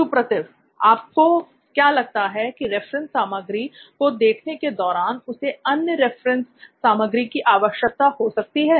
सुप्रतिव आपको क्या लगता है की रेफरेंस सामग्री को देखने के दौरान उसे अन्य रिफरेंस सामग्री की आवश्यकता हो सकती है